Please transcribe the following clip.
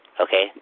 Okay